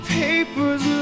papers